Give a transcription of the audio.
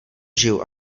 žiju